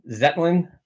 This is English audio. Zetlin